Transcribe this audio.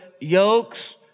yokes